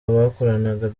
bakoranaga